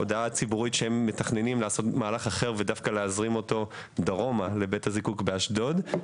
שהם מתכננים לעשות מהלך אחר ולהזרים אותו דרומה לבית הזיקוק אשדוד,